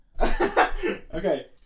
Okay